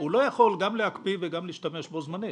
הוא לא יכול גם להקפיא וגם להשתמש בו זמנית,